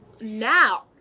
Now